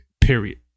Period